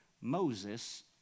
Moses